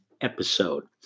episode